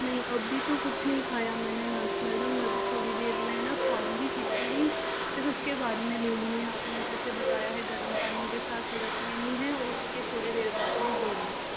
नहीं अभी तो कुछ नहीं खाया मैंने नर्स मैडम मैं अभी थोड़ी देर में है न खाऊँगी खिचड़ी फिर उसके बाद में ले लूँगी आपने जैसे बताया है गरम पानी के साथ सिरप लेनी है और उसके थोड़ी देर बाद में गोली